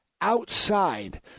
outside